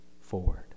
forward